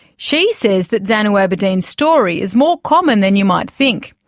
she says that zanu aberdeen's story is more common than you might think.